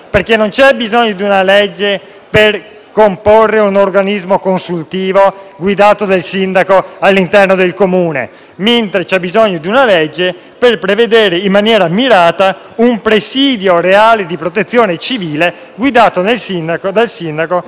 per comporre un organismo consultivo guidato dal sindaco all'interno del Comune. Al contrario, c'è bisogno di una legge per prevedere, in maniera mirata, un presidio reale di protezione civile guidato dal sindaco all'interno delle piccole isole.